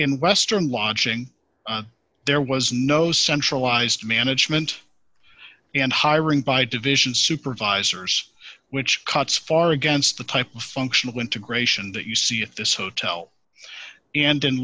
in western launching there was no centralized management and hiring by division supervisors which cuts far against the type of functional went to gratian that you see if this hotel and in